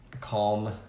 calm